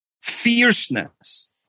fierceness